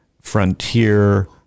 frontier